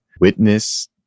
witness